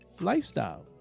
lifestyle